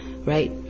right